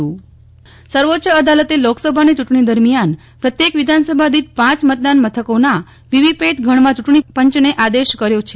નેફલ ઠક્કર સર્વોચ્ચ અદાલત સર્વોચ્ચ અદાલતે લોકસભાની ચૂંટણી દરમિયાન પ્રત્યેક વિધાનસભા દીઠ પાંચ મતદાનમથકોના વીવીપેટ ગણવા ચૂંટણીપંચને આદેશ આપ્યો છે